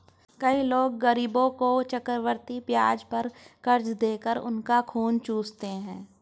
कई लोग गरीबों को चक्रवृद्धि ब्याज पर कर्ज देकर उनका खून चूसते हैं